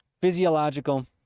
physiological